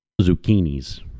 zucchinis